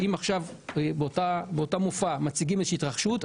אם עכשיו באותו מופע מציגים איזושהי התרחשות,